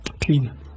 Clean